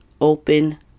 open